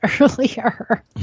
earlier